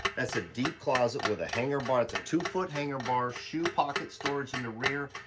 that's a deep closet with a hanger bar, it's a two foot hanger bar, shoe pocket storage in the rear,